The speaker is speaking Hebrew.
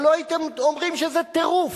הלוא הייתם אומרים שזה טירוף,